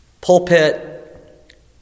pulpit